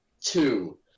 two